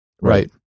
right